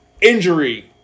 injury